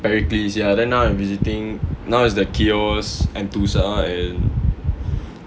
perikles ya then now I'm visiting now is the kiyos enthusa